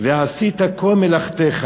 ועשית כל מלאכתך"